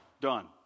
done